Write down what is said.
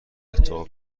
اتفاق